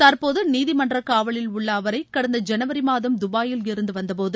தற்போது நீதிமன்ற காவலில் உள்ள அவரை கடந்த ஜனவரி மாதம் துபாயில் இருந்து வந்த போது